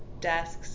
desks